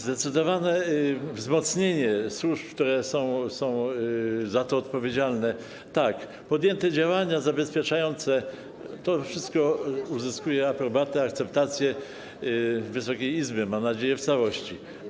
Zdecydowane wzmocnienie służb, które są za to odpowiedzialne, podjęte działania zabezpieczające - to wszystko uzyskuje aprobatę, akceptację Wysokiej Izby, mam nadzieję, w całości.